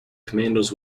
commandos